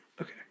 Okay